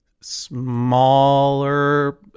smaller